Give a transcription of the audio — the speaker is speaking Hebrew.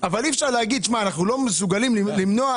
אבל אי אפשר להגיד שאנחנו לא מסוגלים למנוע,